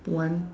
one